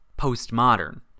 postmodern